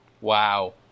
Wow